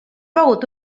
begut